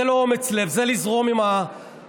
זה לא אומץ לב, זה לזרום עם הנהר.